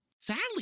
Sadly